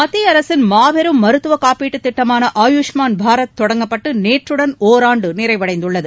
மத்திய அரசின் மாபெரும் மருத்துவ காப்பீட்டுத் திட்டமான ஆயுஷ்மான் பாரத் தொடங்கப்பட்டு நேற்றுடன் ஒராண்டு நிறைவடைந்துள்ளது